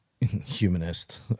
humanist